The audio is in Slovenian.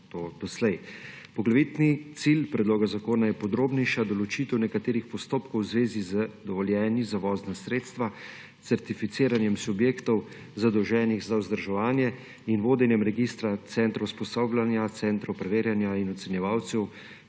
Poglavitni cilj predloga zakona je podrobnejša določitev nekaterih postopkov v zvezi z dovoljenji za vozna sredstva, certificiranjem subjektov, zadolženih za vzdrževanje, in vodenjem registra centrov usposabljanja, centrov preverjanja in ocenjevalcev,